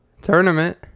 tournament